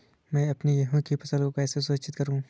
मैं अपनी गेहूँ की फसल को कैसे सुरक्षित करूँ?